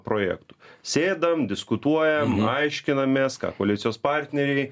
projektų sėdam diskutuojam aiškinamės ką koalicijos partneriai